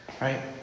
Right